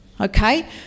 okay